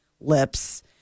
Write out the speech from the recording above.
lips